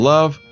Love